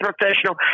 professional